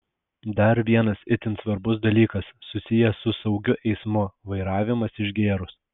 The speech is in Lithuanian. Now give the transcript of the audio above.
dar vienas itin svarbus dalykas susijęs su saugiu eismu vairavimas išgėrus